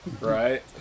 Right